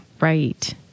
Right